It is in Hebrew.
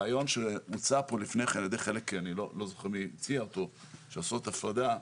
הרעיון שהוצע פה לפני כן על ידי חלק, לעשות הפרדה,